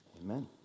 Amen